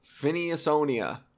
Phineasonia